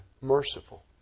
merciful